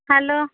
hello